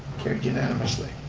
carried unanimously.